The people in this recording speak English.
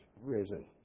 risen